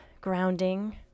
grounding